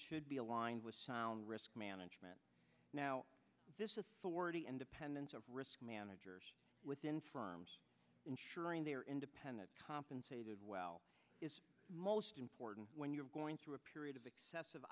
should be aligned with sound risk management now forty independence of risk managers within firms ensuring they are independent compensated well is most important when you're going through a period of excessive